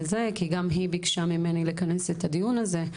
כי גם היא ביקשה ממני לכנס את הדיון הזה.